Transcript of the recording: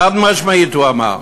חד-משמעית הוא אמר,